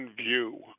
view